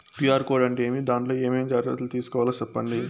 QR code అంటే ఏమి? దాంట్లో ఏ ఏమేమి జాగ్రత్తలు తీసుకోవాలో సెప్పండి?